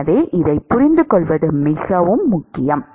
எனவே இதைப் புரிந்துகொள்வது மிகவும் முக்கியம்